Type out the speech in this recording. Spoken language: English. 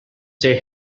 stay